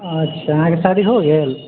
अच्छा अहाँके शादी हो गेल